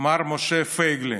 מר משה פייגלין,